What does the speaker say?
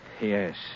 Yes